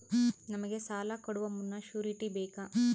ನಮಗೆ ಸಾಲ ಕೊಡುವ ಮುನ್ನ ಶ್ಯೂರುಟಿ ಬೇಕಾ?